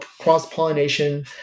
cross-pollination